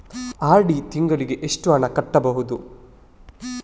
RD ತಿಂಗಳಿಗೆ ಎಷ್ಟು ಹಣ ಕಟ್ಟಬಹುದು?